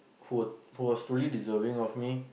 who was who was truly deserving of me